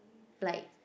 like